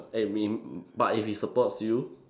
I mean but if he supports you